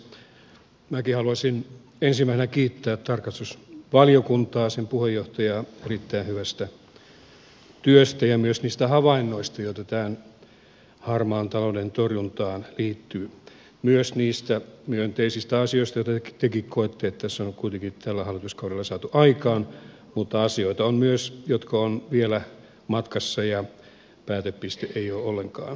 minäkin haluaisin ensimmäisenä kiittää tarkastusvaliokuntaa sen puheenjohtajaa erittäin hyvästä työstä ja myös niistä havainnoista joita tämän harmaan talouden torjuntaan liittyy myös niistä myönteisistä asioista joista tekin koette että niitä tässä on kuitenkin tällä hallituskaudella saatu aikaan mutta on myös asioita jotka ovat vielä matkassa ja päätepistettä ei ole ollenkaan vielä saavutettu